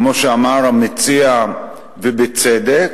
כמו שאמר המציע ובצדק,